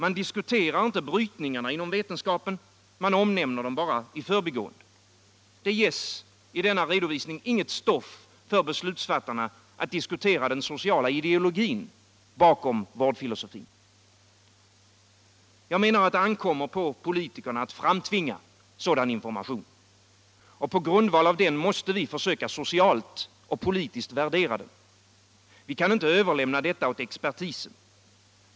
Man diskuterar inte brytningarna inom vetenskapen, man omnämner dem i förbigående. Det ges i denna redovisning inget stoff för beslutsfattarna att diskutera den sociala ideologin inom vårdfilosofin. Det ankommer på politikerna att framtvinga sådan information. På grundval av den måste vi försöka socialt och politiskt värdera den. Vi kan inte överlämna detta åt expertisen.